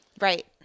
right